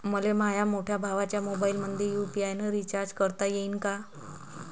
मले माह्या मोठ्या भावाच्या मोबाईलमंदी यू.पी.आय न रिचार्ज करता येईन का?